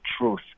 truth